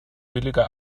billiger